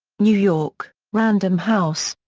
new york random house.